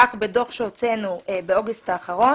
כך בדוח שהוצאנו באוגוסט האחרון